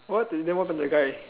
what then what happened to the guy